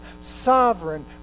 sovereign